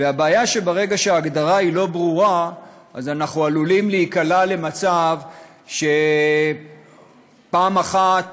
והבעיה היא שברגע שההגדרה לא ברורה אנחנו עלולים להיקלע למצב שפעם אחת